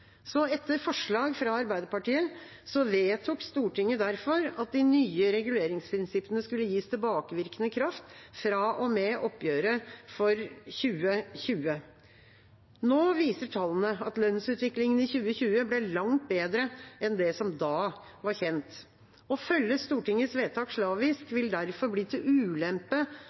Etter forslag fra Arbeiderpartiet vedtok Stortinget derfor at de nye reguleringsprinsippene skulle gis tilbakevirkende kraft fra og med oppgjøret for 2020. Nå viser tallene at lønnsutviklingen i 2020 ble langt bedre enn det som da var kjent. Å følge Stortingets vedtak slavisk vil derfor bli til ulempe